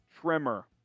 trimmer